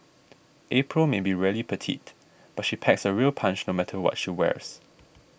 April may be really petite but she packs a real punch no matter what she wears